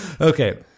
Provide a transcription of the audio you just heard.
Okay